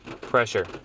Pressure